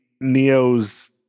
Neo's